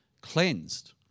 cleansed